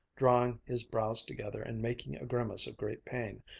drawing his brows together and making a grimace of great pain.